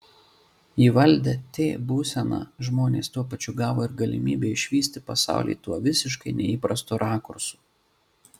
įvaldę t būseną žmonės tuo pačiu gavo ir galimybę išvysti pasaulį tuo visiškai neįprastu rakursu